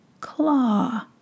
claw